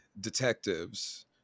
detectives